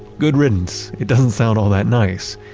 good riddance, it doesn't sound all that nice,